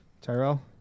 Tyrell